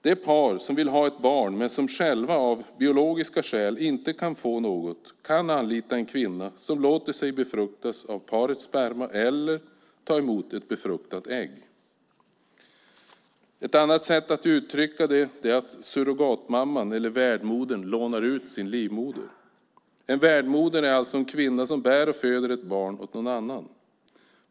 Det par som vill ha ett barn men som själva av biologiska skäl inte kan få något kan anlita en kvinna som låter sig befruktas av parets sperma eller tar emot ett befruktat ägg. Ett annat sätt att uttrycka det är att surrogatmamman, eller värdmodern, lånar ut sin livmoder. En värdmoder är alltså en kvinna som bär och föder ett barn åt någon annan.